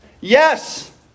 Yes